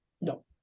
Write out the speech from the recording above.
No